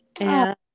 and-